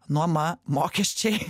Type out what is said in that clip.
nuoma mokesčiai